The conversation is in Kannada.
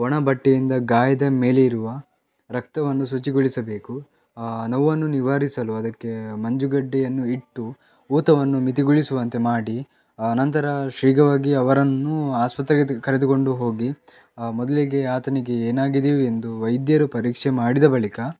ಒಣ ಬಟ್ಟೆಯಿಂದ ಗಾಯದ ಮೇಲೆ ಇರುವ ರಕ್ತವನ್ನು ಶುಚಿಗೊಳಿಸಬೇಕು ನೋವನ್ನು ನಿವಾರಿಸಲು ಅದಕ್ಕೆ ಮಂಜುಗಡ್ಡೆಯನ್ನು ಇಟ್ಟು ಊತವನ್ನು ಮಿತಿಗೊಳಿಸುವಂತೆ ಮಾಡಿ ಅನಂತರ ಶೀಘ್ರವಾಗಿ ಅವರನ್ನು ಆಸ್ಪತ್ರೆಗೆ ತೆ ಕರೆದುಕೊಂಡು ಹೋಗಿ ಮೊದಲಿಗೆ ಆತನಿಗೆ ಏನಾಗಿದೆಯೋ ಎಂದು ವೈದ್ಯರು ಪರೀಕ್ಷೆ ಮಾಡಿದ ಬಳಿಕ